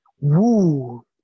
Woo